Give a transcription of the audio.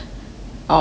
orh